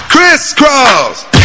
Crisscross